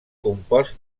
compost